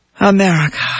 America